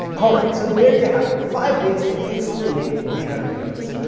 all right, so there you have it. five ways to instantly make way better videos.